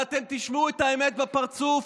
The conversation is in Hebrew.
ואתם תשמעו את האמת בפרצוף,